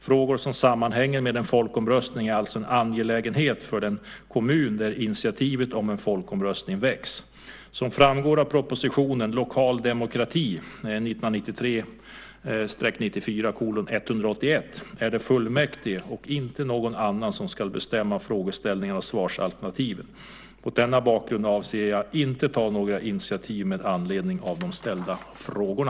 Frågor som sammanhänger med en folkomröstning är alltså en angelägenhet för den kommun där initiativet om en folkomröstning väcks. Som framgår av propositionen Lokal demokrati är det fullmäktige och inte någon annan som ska bestämma frågeställningarna och svarsalternativen. Mot denna bakgrund avser jag inte att ta några initiativ med anledning av de ställda frågorna.